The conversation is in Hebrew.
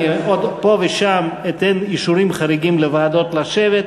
אני עוד פה ושם אתן אישורים חריגים לוועדות לשבת,